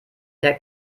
der